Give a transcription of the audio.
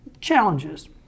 challenges